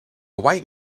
white